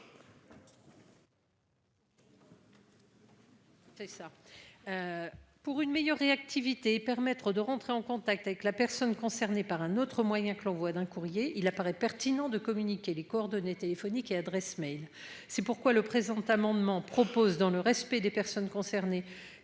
Pour une meilleure réactivité et permettre de rentrer en contact avec la personne concernée par un autre moyen que l'envoi d'un courrier il apparaît pertinent de communiquer les coordonnées téléphoniques et adresses mails. C'est pourquoi le présent amendement propose dans le respect des personnes concernées